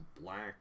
black